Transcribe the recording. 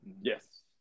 Yes